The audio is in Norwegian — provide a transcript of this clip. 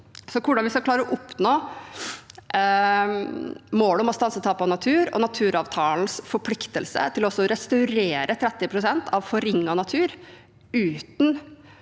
hvordan vi skal klare å oppnå målet om å stanse tap av natur og naturavtalens forpliktelse til også å restaurere 30 pst. av forringet natur uten